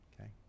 Okay